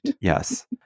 yes